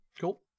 Cool